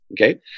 Okay